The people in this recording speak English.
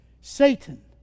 Satan